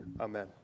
Amen